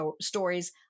stories